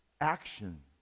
action